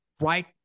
right